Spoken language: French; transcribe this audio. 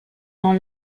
dans